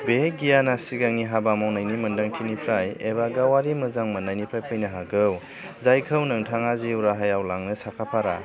बे गियानआ सिगांनि हाबा मावनायनि मोनदांथिनिफ्राय एबा गावारि मोजां मोननायनिफ्राय फैनो हागौ जायखौ नोंथाङा जिउ राहायाव लांनो साखाफारा